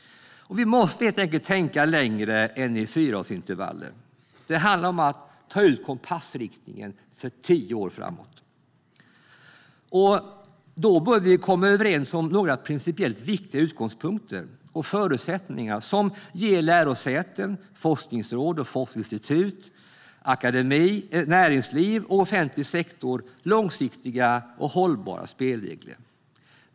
Vi måste helt enkelt tänka längre än i fyraårsintervaller. Det handlar om att ta ut kompassriktningen för tio år framåt. Då bör vi komma överens om några principiellt viktiga utgångspunkter och förutsättningar som ger lärosäten, forskningsråd, forskningsinstitut, akademi, näringsliv och offentlig sektor långsiktiga och hållbara spelregler.